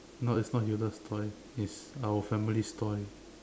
no it's not Hilda's toy it's our family's toy